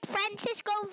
Francisco